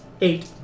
Eight